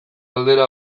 galdera